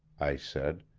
i said.